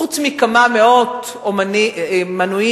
חוץ מכמה מאות מנויים